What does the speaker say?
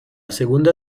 segunda